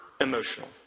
emotional